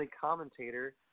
commentator